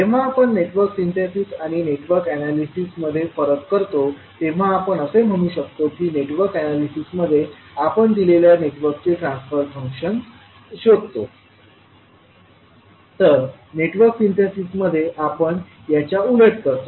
जेव्हा आपण network synthesis आणि नेटवर्क अॅनालिसिसमध्ये फरक करतो तेव्हा आपण असे म्हणू शकतो की नेटवर्क अॅनालिसिसमध्ये आपण दिलेल्या नेटवर्कचे ट्रान्सफर फंक्शन शोधतो तर नेटवर्क सिंथेसिस मध्ये आपण याच्या उलट करतो